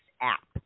app